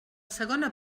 segona